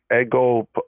Ego